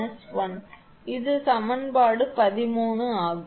எனவே அதனால்தான் எழுதப்பட்டுள்ளது String efficiency 𝑉 𝑉𝑛−𝑉𝑛−1 இது சமன்பாடு 13 ஆகும்